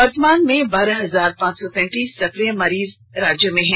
वर्तमान में बारेह हजार पांच सौ तैतीस सक्रिय मरीज राज्य में हैं